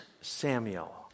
Samuel